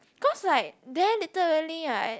cause like there little really right